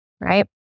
right